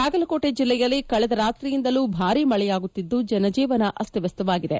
ಬಾಗಲಕೋಟೆ ಜಿಲ್ಲೆಯಲ್ಲಿ ಕಳೆದ ರಾತ್ರಿಯಿಂದಲೂ ಭಾರೀ ಮಳೆಯಾಗುತ್ತಿದ್ದು ಜನ ಜೀವನ ಅಸ್ತವ್ಯಸ್ಥವಾಗಿದೆ